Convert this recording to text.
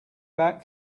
back